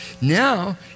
Now